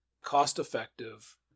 cost-effective